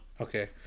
Okay